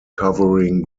covering